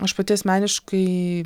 aš pati asmeniškai